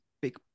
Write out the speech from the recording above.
big